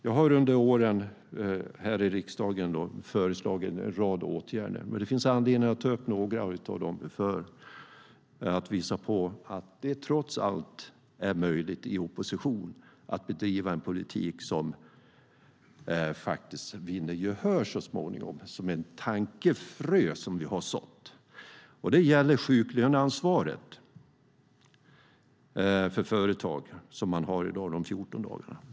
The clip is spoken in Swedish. Jag har under åren här i riksdagen föreslagit en rad åtgärder, och det finns anledning att ta upp några av dem för att visa på att det trots allt är möjligt att i opposition bedriva en politik som så småningom vinner gehör, som ett tankefrö som vi har sått. Det gäller det sjuklöneansvar som företag har i dag för 14 dagar.